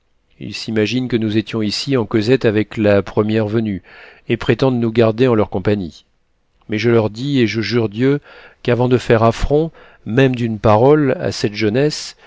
ils s'imaginent que nous étions ici en causette avec la première venue et prétendent nous garder en leur compagnie mais je leur dis et je jure dieu qu'avant de faire affront même d'une parole à cette jeunesse